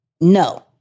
No